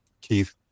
Keith